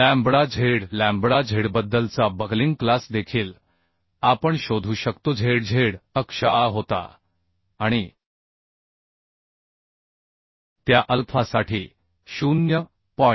lambda Z lambda झेडबद्दलचा buckling class देखील आपण शोधू शकतो zz अक्ष A होता आणि त्या अल्फासाठी 0